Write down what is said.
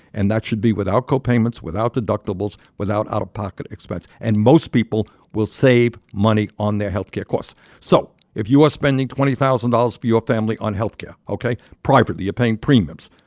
and that should be without co-payments, without deductibles, without out-of-pocket expense. and most people will save money on their health care costs so if you are spending twenty thousand dollars for your family on health care, ok, privately you're paying premiums,